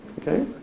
okay